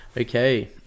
okay